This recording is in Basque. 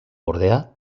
ordea